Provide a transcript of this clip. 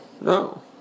no